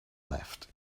left